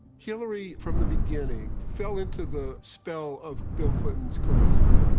hillary from the beginning fell into the spell of bill clinton's charisma,